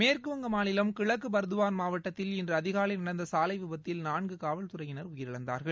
மேற்கு வங்க மாநிலம் கிழக்கு பர்துவான் மாவட்டத்தில் இன்று அதிகாலை நடந்த சாலை விபத்தில் நான்கு காவல்துறையினர் உயிரிழந்தார்கள்